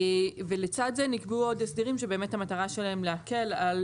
ולצד זה נקבעו עוד הסדרים שהמטרה שלהם להקל על